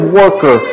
worker